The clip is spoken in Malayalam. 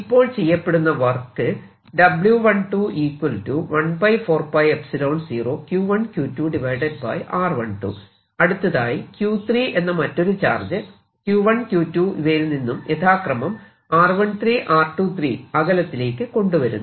ഇപ്പോൾ ചെയ്യപ്പെടുന്ന വർക്ക് അടുത്തതായി Q3 എന്ന മറ്റൊരു ചാർജ് Q1 Q2 ഇവയിൽ നിന്നും യഥാക്രമം r13 r23 അകലത്തിലേക്ക് കൊണ്ടുവരുന്നു